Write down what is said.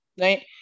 right